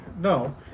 no